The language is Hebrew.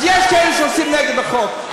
אז יש כאלה שעושים נגד החוק.